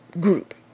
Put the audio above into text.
group